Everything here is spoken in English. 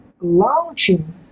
launching